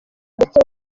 ndetse